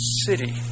city